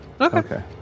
Okay